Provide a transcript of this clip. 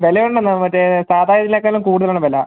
വില ഉണ്ടെന്ന് മറ്റേ സാദാ ഇതിനേക്കാളും കൂടുതലാണ് വില